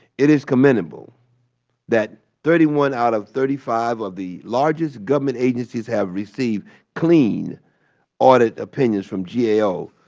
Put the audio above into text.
it is commendable that thirty one out of thirty five of the largest government agencies have received clean audit opinions from gao.